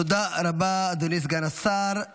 תודה רבה, אדוני סגן השר.